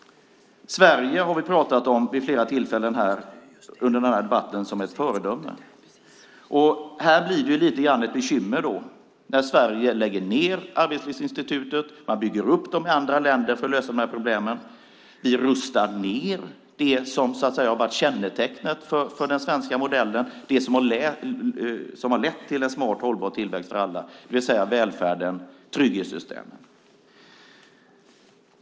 Vi har vid flera tillfällen under denna debatt pratat om Sverige som ett föredöme. Här blir det lite grann ett bekymmer när Sverige lägger ned Arbetslivsinstitutet. Man bygger upp sådana institut i andra länder för att lösa dessa problem. Vi rustar ned det som så att säga har varit kännetecknet för den svenska modellen och som har lett till en smart hållbar tillväxt för alla, det vill säga välfärden och trygghetssystemen.